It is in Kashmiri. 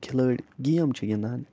کھلٲڑۍ گیم چھِ گِنٛدان